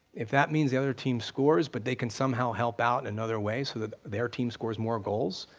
if that means the other team scores but they can some how help out in other ways so that their team scores more goals,